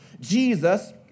Jesus